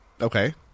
Okay